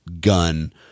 gun